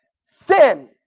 sin